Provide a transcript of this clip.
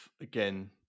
again